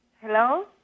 Hello